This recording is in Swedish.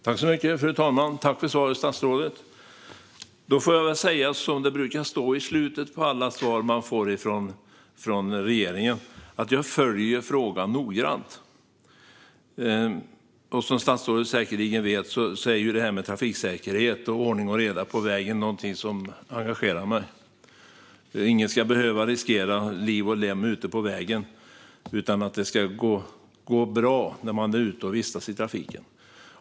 Fru talman! Tack för svaret, statsrådet! Jag får väl säga som det brukar stå i slutet på alla svar man får från regeringen: Jag följer frågan noggrant. Som statsrådet säkerligen vet är trafiksäkerhet och ordning och reda på vägen något som engagerar mig. Ingen ska behöva riskera liv och lem ute på vägen, utan det ska gå bra när man vistas i trafiken.